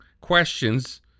questions